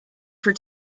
for